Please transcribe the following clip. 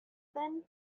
then